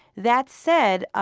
that said,